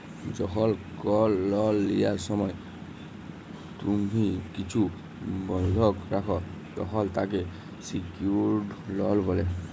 যখল কল লল লিয়ার সময় তুম্হি কিছু বল্ধক রাখ, তখল তাকে সিকিউরড লল ব্যলে